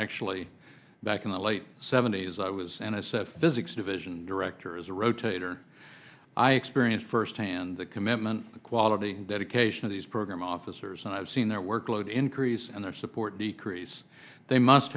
actually back in the late seventies i was an s f physics division director as a rotator i experienced firsthand the commitment to quality dedication of these program officers and i've seen their workload increase and their support decrease they must